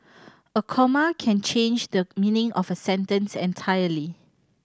a comma can change the meaning of a sentence entirely